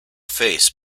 face